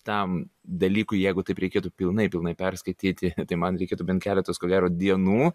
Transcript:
tam dalykui jeigu taip reikėtų pilnai pilnai perskaityti tai man reikėtų bent keletos ko gero dienų